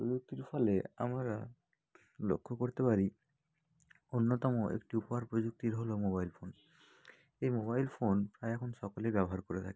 প্রযুক্তির ফলে আমরা লক্ষ্য করতে পারি অন্যতম একটি পর প্রযুক্তির হলো মোবাইল ফোন এই মোবাইল ফোন প্রায় এখন সকলেই ব্যবহার করে থাকে